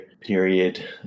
period